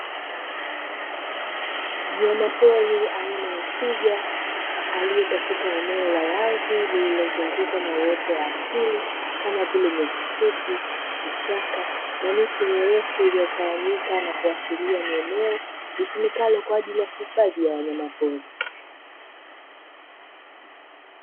Mnyamapori aina ya twiga aliye katika eneo la wazi lililozungukwa na uoto wa asili kama vile nyasi fupi, vichaka na miti mirefu iliyotawanyika na kuashiria ni eneo litumikalo kwa ajili ya hifadhi ya wanyamapori.